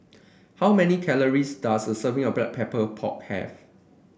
how many calories does a serving of Black Pepper of pork have